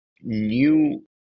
new